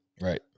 right